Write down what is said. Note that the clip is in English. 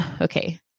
okay